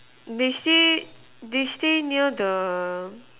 they stay they stay near the